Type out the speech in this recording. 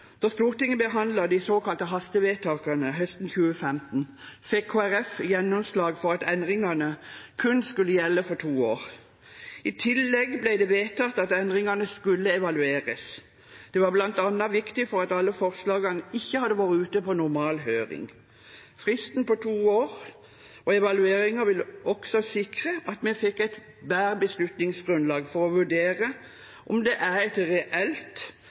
Da Stortinget behandlet de såkalte hastevedtakene høsten 2015, fikk Kristelig Folkeparti gjennomslag for at endringene kun skulle gjelde for to år. I tillegg ble det vedtatt at endringene skulle evalueres. Det var bl.a. viktig fordi alle forslagene ikke hadde vært ute på normal høring. Fristen på to år og evalueringen ville også sikre at man fikk et bedre beslutningsgrunnlag for å vurdere om det var et reelt